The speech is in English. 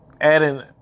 adding